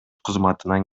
кызматынан